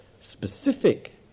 specific